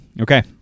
Okay